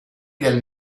del